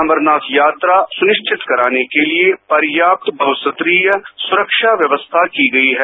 अमरनाथ यात्रा सुनिश्चित कराने के लिए प्रयाप्त बहसुत्रीय सुरक्षा व्यवस्था की गई है